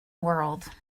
world